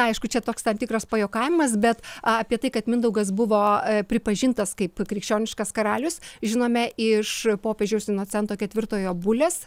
aišku čia toks tam tikras pajuokavimas bet apie tai kad mindaugas buvo pripažintas kaip krikščioniškas karalius žinome iš popiežiaus inocento ketvirtojo bulės